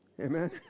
Amen